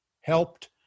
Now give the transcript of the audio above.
helped